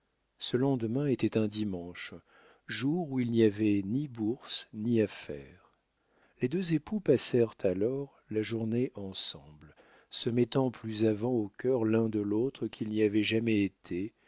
ce lendemain était un dimanche jour où il n'y avait ni bourse ni affaire les deux époux passèrent alors la journée ensemble se mettant plus avant au cœur l'un de l'autre qu'ils n'y avaient jamais été